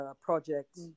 project